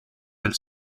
del